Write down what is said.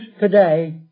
today